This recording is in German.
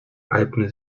alpen